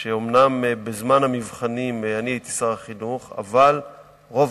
שאומנם בזמן המבחנים אני הייתי שר החינוך אבל רוב